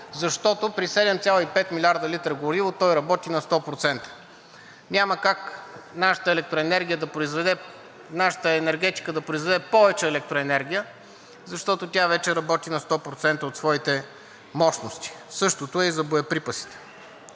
защото при 7,5 млрд. литра гориво той работи на 100 процента. Няма как нашата енергетика да произведе повече електроенергия, защото тя вече работи на 100% от своите мощности. Същото е и за боеприпасите.